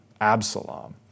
Absalom